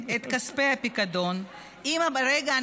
רגע,